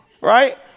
Right